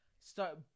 start